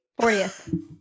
40th